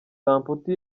samputu